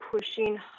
pushing